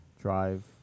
Drive